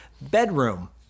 Bedroom